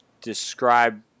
describe